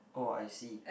oh I see